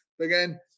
Again